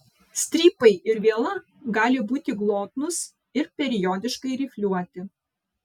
strypai ir viela gali būti glotnūs ir periodiškai rifliuoti